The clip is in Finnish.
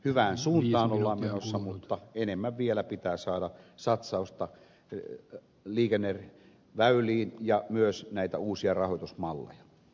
hyvään suuntaan ollaan menossa mutta enemmän vielä pitää saada satsausta liikenneväyliin ja myös näitä uusia rahoitusmalleja